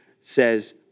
says